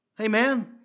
Amen